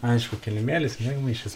aišku kilimėlis miegmaišis